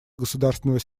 государственного